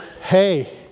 hey